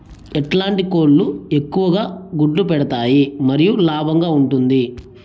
ఎట్లాంటి కోళ్ళు ఎక్కువగా గుడ్లు పెడతాయి మరియు లాభంగా ఉంటుంది?